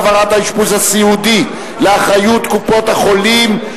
העברת האשפוז הסיעודי לאחריות קופות-החולים),